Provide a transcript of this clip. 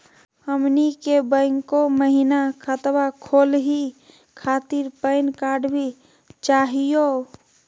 हमनी के बैंको महिना खतवा खोलही खातीर पैन कार्ड भी चाहियो?